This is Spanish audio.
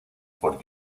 por